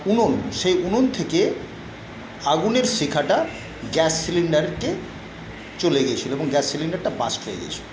উনুন সেই উনুন থেকে আগুনের শিখাটা গ্যাস সিলিন্ডারকে চলে গেছিলো এবং গ্যাস সিলিন্ডারটা বার্স্ট হয়ে গেছিল